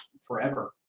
forever